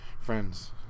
friends